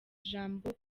ijambo